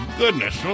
goodness